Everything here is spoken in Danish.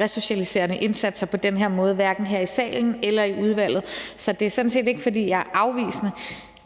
resocialiserende indsatser på den her måde, hverken her i salen eller i udvalget. Så det er sådan set ikke, fordi jeg er afvisende.